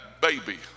baby